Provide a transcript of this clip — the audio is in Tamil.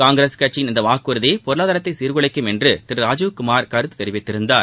காங்கிரஸ் கட்சியின் இந்த வாக்குறுதி பொருளாதாரத்தை சீர்குலைக்கும் என்று திரு ராஜீவ்குமா் கருத்து தெரிவித்திருந்தார்